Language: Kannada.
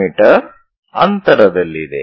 ಮೀ ಅಂತರದಲ್ಲಿದೆ